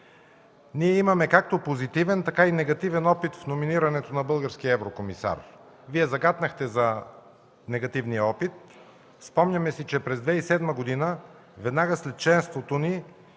Ние имаме както позитивен, така и негативен опит с номинирането на българския еврокомисар. Вие загатнахте за негативния опит. Спомняме си, че през 2007 г., веднага след членството ни,